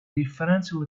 differential